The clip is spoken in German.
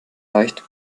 reicht